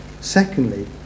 Secondly